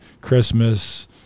Christmas